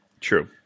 true